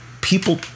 people